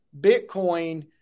Bitcoin